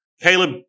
Caleb